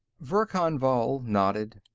verkan vall nodded.